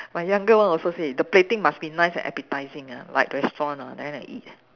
my younger one also say the plating must be nice and appetising ah like restaurant ah then I eat